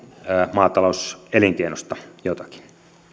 maatalouselinkeinosta jotakin